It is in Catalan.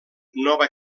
nova